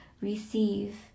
receive